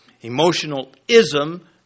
Emotional-ism